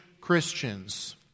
Christians